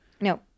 No